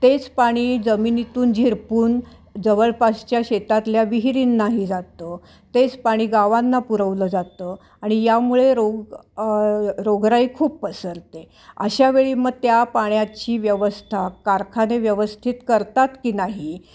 तेच पाणी जमिनीतून झिरपून जवळपासच्या शेतातल्या विहिरींनाही जातं तेच पाणी गावांना पुरवलं जातं आणि यामुळे रोग रोगराई खूप पसरते अशा वेळी मग त्या पाण्याची व्यवस्था कारखाने व्यवस्थित करतात की नाही